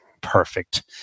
perfect